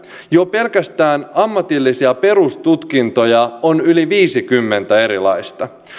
jo pelkästään ammatillisia perustutkintoja on yli viisikymmentä erilaista